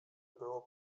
było